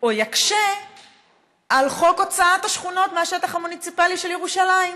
או יקשה על חוק הוצאת השכונות מהשטח המוניציפלי של ירושלים.